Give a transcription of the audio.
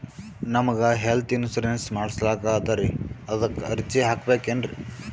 ನಮಗ health insurance ಮಾಡಸ್ಲಾಕ ಅದರಿ ಅದಕ್ಕ ಅರ್ಜಿ ಹಾಕಬಕೇನ್ರಿ?